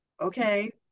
okay